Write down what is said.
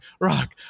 rock